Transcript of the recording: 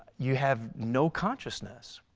you have no consciousness.